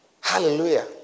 Hallelujah